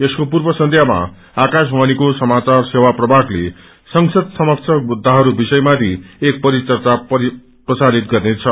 यसको पूर्व सन्ध्यामा आकाशवाणीको सामाचार सेवा प्रभागते संसद समक्ष मुद्दाहरू विषयमाथि एक परिचर्चा प्रसारित गर्नेछ